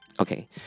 Okay